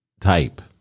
Type